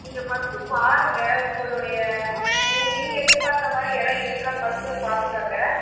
நீங்கள் ஃபர்ஸ்ட்டு பாருங்கள் உங்களோடைய உங்கள் நீங்கள் எதிர்பார்த்தமாதிரி இடம் இருக்கான்னு ஃபர்ஸ்ட்டு பார்த்துக்கங்க